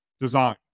design